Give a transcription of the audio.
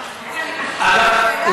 השאלה היא,